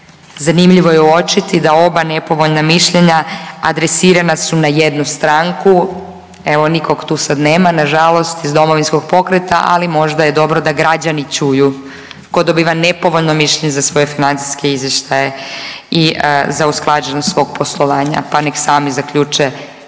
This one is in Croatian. Zanimljivo je uočiti da oba nepovoljna mišljenja adresirana su na jednu stranku. Evo nikog tu sad nema na žalost iz Domovinskog pokreta, ali možda je dobro da građani čuju tko dobiva nepovoljno mišljenje za svoje financijske izvještaje i za usklađenost svog poslovanja, pa nek' sami zaključe